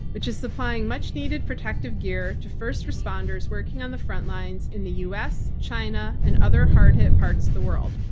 which is supplying much needed protective gear to first responders working on the front lines in the us, china and other hard hit parts of the world.